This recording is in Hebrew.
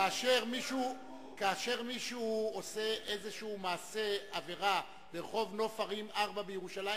כאשר מישהו עושה איזשהו מעשה עבירה ברחוב נוף הרים 4 בירושלים,